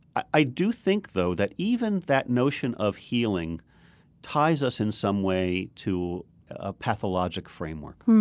i do think, though, that even that notion of healing ties us in some way to a pathologic framework.